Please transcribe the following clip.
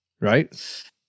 right